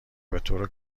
بطور